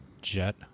jet